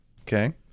Okay